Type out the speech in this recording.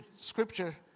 scripture